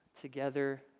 together